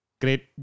Great